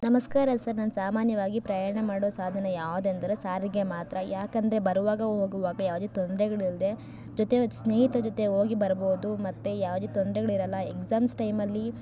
ನಮಸ್ಕಾರ ಸರ್ ನಾನು ಸಾಮಾನ್ಯವಾಗಿ ಪ್ರಯಾಣ ಮಾಡೋ ಸಾಧನ ಯಾವುದೆಂದರೆ ಸಾರಿಗೆ ಮಾತ್ರ ಯಾಕಂದರೆ ಬರುವಾಗ ಹೋಗುವಾಗ ಯಾವುದೇ ತೊಂದ್ರೆಗಳು ಇಲ್ಲದೆ ಜೊತೆ ಸ್ನೇಹಿತರ ಜೊತೆ ಹೋಗಿ ಬರ್ಬೌದು ಮತ್ತು ಯಾವುದೇ ತೊಂದರೆಗಳಿರಲ್ಲ ಎಕ್ಸಾಮ್ಸ್ ಟೈಮಲ್ಲಿ